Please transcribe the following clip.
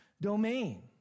domain